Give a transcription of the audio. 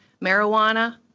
Marijuana